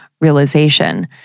realization